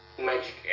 magic